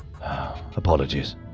apologies